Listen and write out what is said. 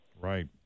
Right